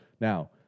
Now